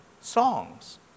songs